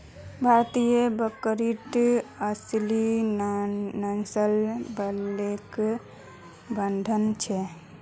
भारतीय बकरीत असली नस्ल ब्लैक बंगाल छिके